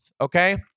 okay